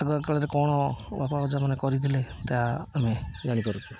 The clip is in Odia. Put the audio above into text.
ଆଗକାଳରେ କ'ଣ ବାପା ଅଜାମାନେ କରିଥିଲେ ତା ଆମେ ଜାଣିପାରୁଛୁ